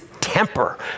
temper